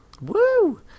Woo